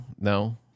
no